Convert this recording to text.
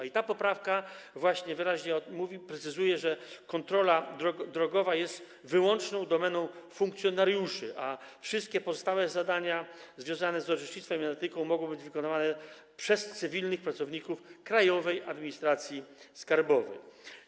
I ta poprawka wyraźnie mówi, precyzuje, że kontrola drogowa jest wyłącznie domeną funkcjonariuszy, a wszystkie pozostałe zadania związane z orzecznictwem mogą być wykonywane tylko przez cywilnych pracowników Krajowej Administracji Skarbowej.